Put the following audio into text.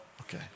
Okay